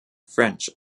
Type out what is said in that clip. french